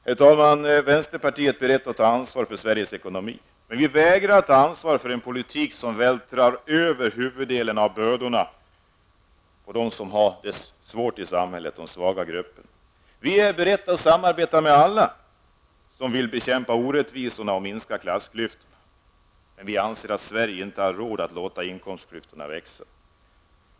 Herr talman* Vänsterpartiet är berett att ta ansvar för Sveriges ekonomi, men vi vägrar att ta ansvar för en politik som vältrar över huvuddelen av bördorna på dem som har det svårt i samhället, de svaga grupperna. Vänsterpartiet är berett att samarbeta med alla som vill bekämpa orättvisorna och minska klassklyftorna. Vi anser att Sverige inte har råd att låta inkomstklyftorna växa.